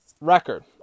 record